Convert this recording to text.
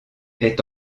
est